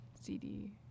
CD